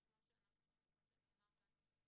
שכמו שנאמר כאן,